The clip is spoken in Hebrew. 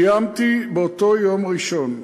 קיימתי באותו יום ראשון,